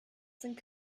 sind